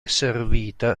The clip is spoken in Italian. servita